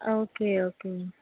okay okay